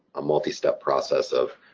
a multi-step process of,